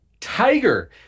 Tiger